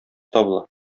табыла